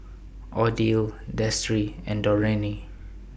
Odile Destry and Dorene